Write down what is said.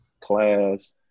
class